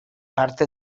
parte